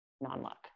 non-luck